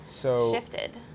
shifted